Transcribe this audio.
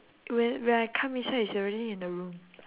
when when I come inside it's already in the room